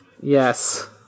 Yes